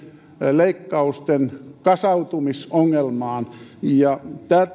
leikkausten kasautumisongelma